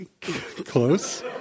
close